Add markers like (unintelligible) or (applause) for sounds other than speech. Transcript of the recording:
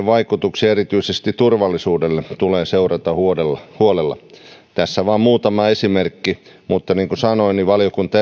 (unintelligible) vaikutuksia erityisesti turvallisuudelle tulee seurata huolella tässä vain muutama esimerkki mutta niin kuin sanoin niin valiokunta (unintelligible)